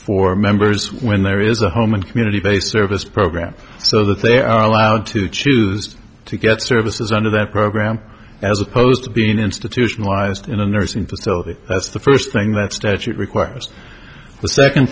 for members when there is a home and community based service program so that they are allowed to choose to get services under that program as opposed to being institutionalized in a nursing facility that's the first thing that statute requires the second